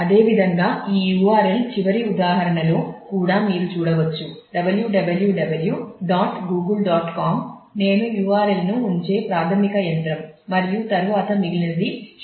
అదేవిధంగా ఈ URL చివరి ఉదాహరణలో కూడా మీరు చూడవచ్చు www dot Google dot com నేను URL ను ఉంచే ప్రాథమిక యంత్రం మరియు తరువాత మిగిలినది శోధన